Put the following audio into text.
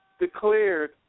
Declared